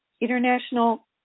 International